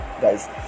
guys